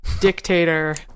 dictator